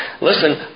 Listen